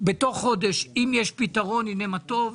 בתוך חודש, אם יש פתרון הנה מה טוב.